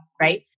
right